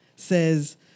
says